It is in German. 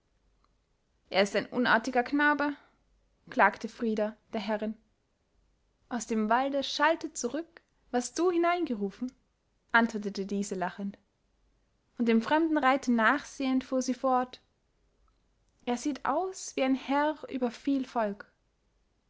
er ist ein unartiger knabe klagte frida der herrin aus dem walde schallte zurück was du hineingerufen antwortete diese lachend und dem fremden reiter nachsehend fuhr sie fort er sieht aus wie ein herr über viel volk